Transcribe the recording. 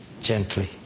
gently